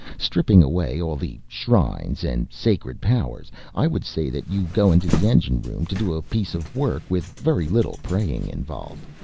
stripping away all the shrines and sacred powers i would say that you go into the engine room to do a piece of work with very little praying involved.